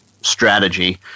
strategy